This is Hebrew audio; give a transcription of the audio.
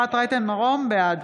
בעד